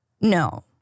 no